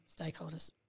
stakeholders